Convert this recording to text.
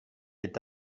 est